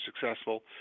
successful